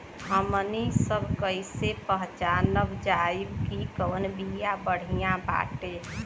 हमनी सभ कईसे पहचानब जाइब की कवन बिया बढ़ियां बाटे?